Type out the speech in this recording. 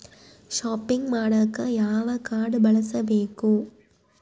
Shopping ಮಾಡಾಕ ಯಾವ card ಬಳಸಬೇಕು?